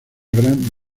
gran